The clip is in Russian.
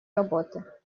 работы